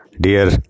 dear